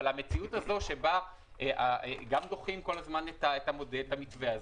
אבל המציאות שבה גם דוחים כל הזמן את המתווה הזה,